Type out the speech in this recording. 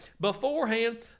beforehand